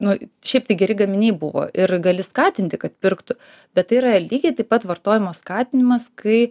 nu šiaip tai geri gaminiai buvo ir gali skatinti kad pirktų bet tai yra lygiai taip pat vartojimo skatinimas kai